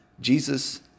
Jesus